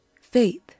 faith